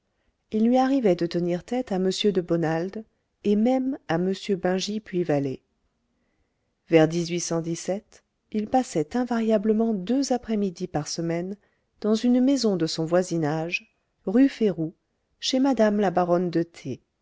il lui arrivait de tenir tête à m de bonald et même à m bengy puy vallée vers il passait invariablement deux après-midi par semaine dans une maison de son voisinage rue férou chez madame la baronne de t